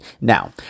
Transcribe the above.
Now